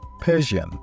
Persian